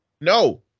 No